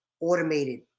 automated